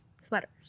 sweaters